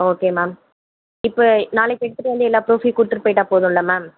okay ma'am இப்போ நாளைக்கு எடுத்துகிட்டு வந்து எல்லா ப்ரூஃபையும் கொடுத்துட்டு போய்ட்டால் போதும் இல்லை மேம்